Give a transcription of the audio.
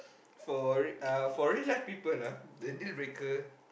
for r~ for real life people ah the deal breaker